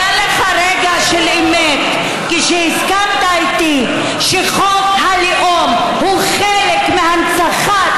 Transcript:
היה לך רגע של אמת כשהסכמת איתי שחוק הלאום הוא חלק מהנצחת